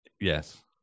yes